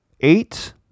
Eight